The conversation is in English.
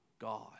God